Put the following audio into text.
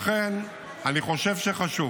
לכן, אני חושב שחשוב